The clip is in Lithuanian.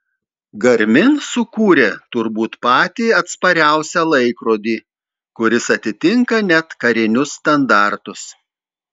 garmin sukūrė turbūt patį atspariausią laikrodį kuris atitinka net karinius standartus